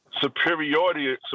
superiority